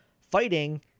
fighting